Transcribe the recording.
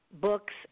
books